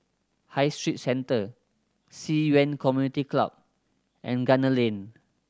High Street Centre Ci Yuan Community Club and Gunner Lane